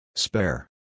Spare